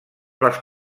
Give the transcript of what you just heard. les